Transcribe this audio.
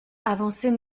avançait